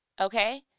okay